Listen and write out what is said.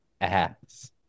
ass